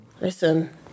Listen